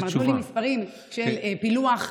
נתנו לי מספרים של פילוח.